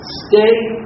stay